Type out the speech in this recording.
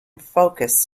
focus